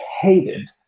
hated